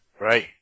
right